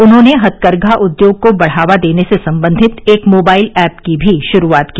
उन्होंने हथकरघा उद्योग को बढ़ावा देने से संबंधित एक मोबाइल एप की भी शुरूआत की